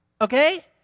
okay